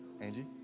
Angie